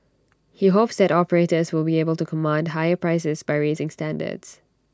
he hopes that operators will be able to command higher prices by raising standards